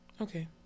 Okay